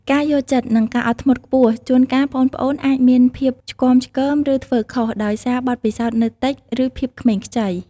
ការយល់ចិត្ត និងការអត់ធ្មត់ខ្ពស់ ជួនកាល ប្អូនៗអាចមានភាពឆ្គាំឆ្គង ឬធ្វើខុស ដោយសារបទពិសោធន៍នៅតិច ឬភាពក្មេងខ្ចី។